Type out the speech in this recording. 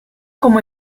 como